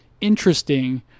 interesting